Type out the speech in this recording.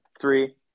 three